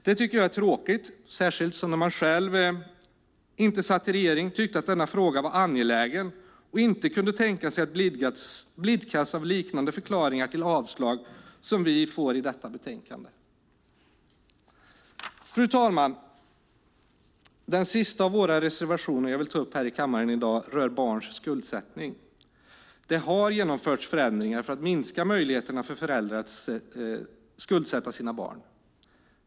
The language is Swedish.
Det tycker jag är tråkigt, särskilt som man när man själv inte satt i regering tyckte att denna fråga var angelägen och inte kunde tänka sig att blidkas av liknande förklaringar till avslag som vi får i detta betänkande. Fru talman! Den sista av våra reservationer jag vill ta upp här i kammaren i dag rör barns skuldsättning. Det har genomförts förändringar för att minska möjligheterna för föräldrar att skuldsätta sina barn.